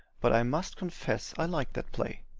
but i must confess i liked that play.